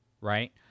right